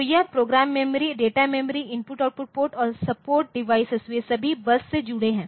तो यह program memory data memory I O port और सपोर्ट डिवाइस वे सभी बस से जुड़े हैं